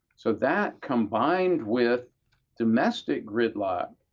so that combined with domestic gridlock